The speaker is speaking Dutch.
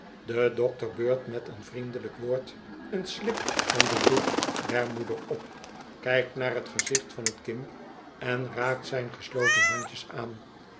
de dokter beurt met een vriendelijk woord een slip van den doek der moeder op kijkt naar t gezicht van t kind en raakt zijn gesloten handjes aan